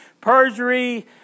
perjury